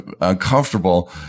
uncomfortable